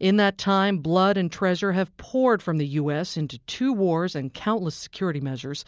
in that time, blood and treasure have poured from the u s. into two wars and countless security measures